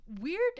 weird